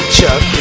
Chuck